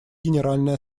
генеральной